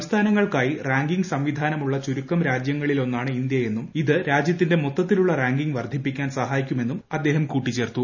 സംസ്ഥാനങ്ങൾക്കായി ranking സംവിധാനമുള്ള ചുരുക്കം രാജ്യങ്ങളിലൊന്നാണ് ഇന്ത്യയെന്നും ഇത് രാജ്യത്തിന്റെ മൊത്തത്തിലുള്ള റാങ്കിംഗ് വർദ്ധിപ്പിക്കാൻ സഹായിക്കുമെന്നും അദ്ദേഹം കൂട്ടിച്ചേർത്തു